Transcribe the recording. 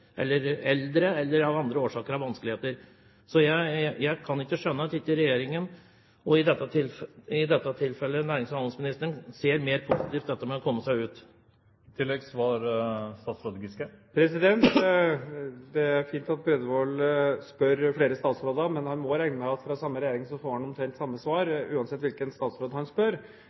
eller eldre, eller av andre årsaker har vanskeligheter med dette. Jeg kan ikke skjønne at ikke regjeringen – i dette tilfellet nærings- og handelsministeren – ser mer positivt på dette med å komme seg ut. Det er fint at Bredvold spør flere statsråder, men han må regne med at fra samme regjering får han omtrent samme svar, uansett hvilken statsråd han spør.